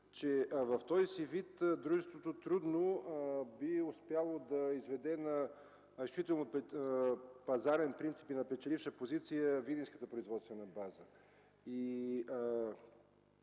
че в този си вид дружеството трудно би успяло да изведе на пазарен принцип и на печеливша позиция Видинската производствена база.